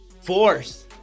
force